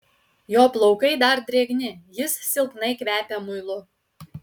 jo plaukai dar drėgni jis silpnai kvepia muilu